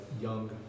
young